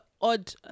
odd